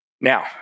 Now